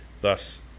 Thus